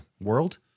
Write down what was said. world